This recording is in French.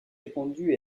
répandue